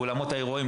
באולמות האירועים,